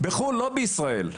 לא בישראל,